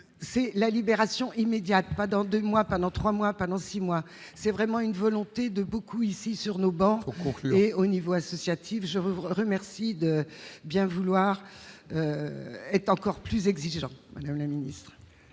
c'est la libération immédiate, pas dans 2 mois pendant 3 mois, pendant 6 mois, c'est vraiment une volonté de beaucoup ici sur nos banques et au niveau associatif, je vous remercie de bien vouloir être encore plus exigeants, le ministre.